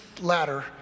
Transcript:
ladder